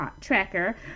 tracker